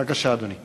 בבקשה, אדוני.